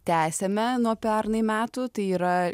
tęsiame nuo pernai metų tai yra